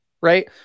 right